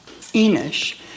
Enish